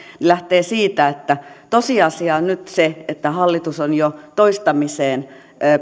lähtee siitä että tosiasia on nyt se että hallitus on jo toistamiseen